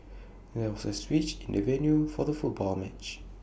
there was A switch in the venue for the football match